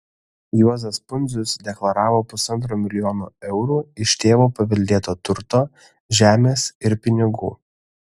juozas pundzius deklaravo pusantro milijono eurų iš tėvo paveldėto turto žemės ir pinigų